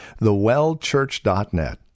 thewellchurch.net